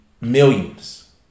millions